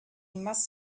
must